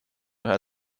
ühe